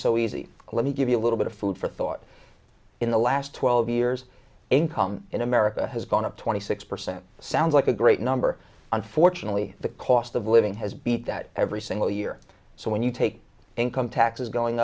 so easy let me give you a little bit of food for thought in the last twelve years income in america has gone up twenty six percent sounds like a great number unfortunately the cost of living has beat that every single year so when you take income taxes going